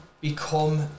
become